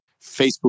Facebook